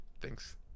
Thanks